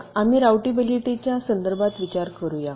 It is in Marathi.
चला आम्ही राउटेबिलिटीच्या संदर्भात विचार करूया